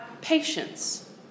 patience